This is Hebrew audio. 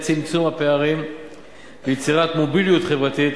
לצמצום הפערים וליצירת מוביליות חברתית,